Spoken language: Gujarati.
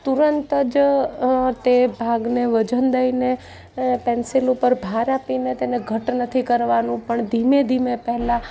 તુરંત જ તે ભાગને વજન દઈને પેન્સિલ ઉપર ભાર આપીને તેને ઘટ નથી કરવાનું પણ ધીમે ધીમે પહેલાં